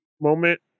moment